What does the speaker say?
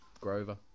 Grover